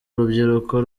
rubyiruko